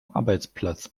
arbeitsplatz